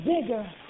bigger